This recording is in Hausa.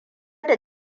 da